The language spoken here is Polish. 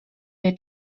wie